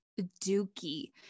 dookie